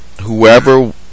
whoever